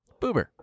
Boober